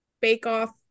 bake-off